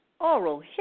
oral